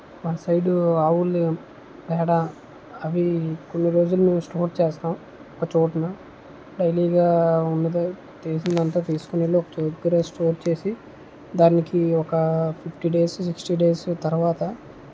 మా సైడు ఆవుల పేడ అవి కొన్ని రోజులు స్టోర్ చేస్తాం ఒక చోటున డైలీ గా ఉన్నది చేసిందంతా తీసుకుని ఒక దగ్గర స్టోర్ చేసి దానికి ఒక ఫిఫ్టీ డేసు సిక్స్టీ డేసు తర్వాత